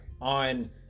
on –